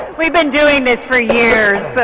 we've been doing this for years.